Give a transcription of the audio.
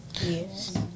Yes